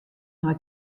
nei